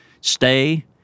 stay